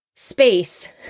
space